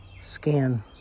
skin